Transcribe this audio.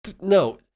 No